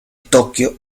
tokio